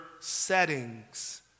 settings